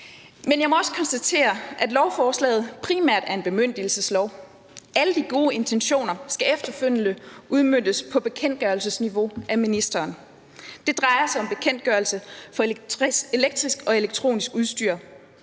Men jeg må også konstatere, at lovforslaget primært er en bemyndigelseslov; alle de gode intentioner skal efterfølgende udmøntes på bekendtgørelsesniveau af ministeren. Det drejer sig om bekendtgørelse for elektrisk og elektronisk udstyr,